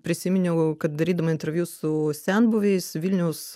prisiminiau kad darydama interviu su senbuviais vilniaus